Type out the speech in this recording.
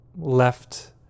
left